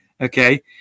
okay